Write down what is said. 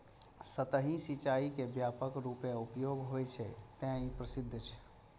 सतही सिंचाइ के व्यापक रूपें उपयोग होइ छै, तें ई प्रसिद्ध छै